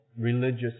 religious